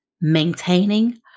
maintaining